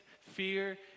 fear